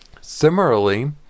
Similarly